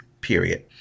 period